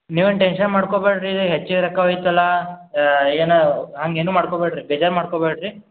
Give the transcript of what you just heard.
ನೀವೇನು ಟೆನ್ಶನ್ ಮಾಡ್ಕೋಬ್ಯಾಡ್ರಿ ಹೆಚ್ಗಿ ರೊಕ್ಕ ಹೋಯ್ತಲ್ಲ ಏನು ಹಂಗ ಏನು ಮಾಡ್ಕೋಬ್ಯಾಡ್ರಿ ಬೇಜಾರು ಮಾಡ್ಕೋಬ್ಯಾಡ್ರಿ